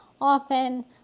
often